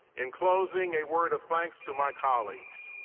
in closing, a word of thanks to my colleagues,